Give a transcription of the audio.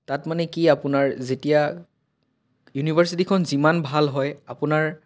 তাত মানে কি আপোনাৰ যেতিয়া ইউনিভাৰ্চিটিখন যিমান ভাল হয় আপোনাৰ